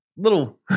little